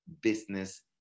business